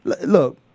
Look